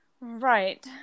Right